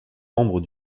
membres